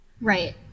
Right